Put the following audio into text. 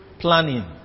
planning